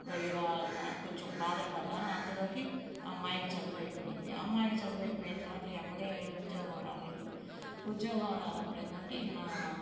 కొంచెం బాధలు పడ్డాను అంతలోకి అమ్మాయికి చదువు అయిపోయింది అమ్మాయికి చదువు అయిపోయింది తర్వాత వెంబడే ఏమి ఉద్యోగం రాలేదు ఉద్యోగం రానప్పుడు ఏంటంటే ఇక నా